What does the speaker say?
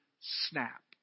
snap